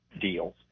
deals